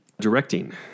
Directing